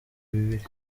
bibiri